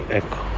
ecco